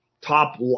top